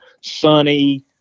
Sunny